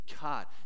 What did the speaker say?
God